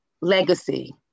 legacy